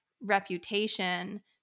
reputation